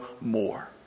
more